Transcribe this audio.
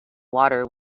water